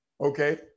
Okay